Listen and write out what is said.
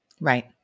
Right